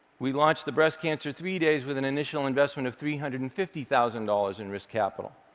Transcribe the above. we launched the breast cancer three-days with an initial investment of three hundred and fifty thousand dollars in risk capital.